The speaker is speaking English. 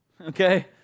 okay